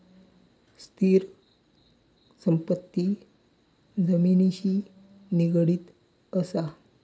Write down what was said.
स्थिर संपत्ती जमिनिशी निगडीत असा